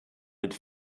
mit